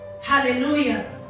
Hallelujah